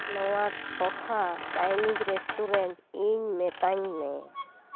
ᱱᱚᱶᱟ ᱴᱚᱴᱷᱟ Chinese restaurant ᱤᱧ ᱢᱮᱛᱟᱧ ᱢᱮ